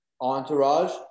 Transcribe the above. entourage